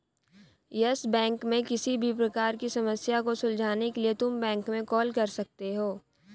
yes Bank में किसी भी प्रकार की समस्या को सुलझाने के लिए तुम बैंक में कॉल कर सकते हो